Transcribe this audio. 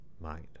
mind